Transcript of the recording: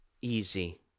easy